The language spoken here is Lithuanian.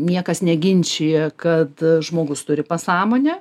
niekas neginčija kad žmogus turi pasąmonę